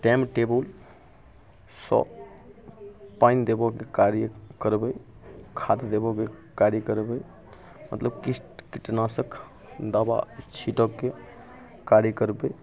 time टेबुलसँ पानि देबऽके कार्य करबै खाद देबऽके कार्य करबै मतलब किछु कीटनाशक दबा छींटऽके कार्य करबै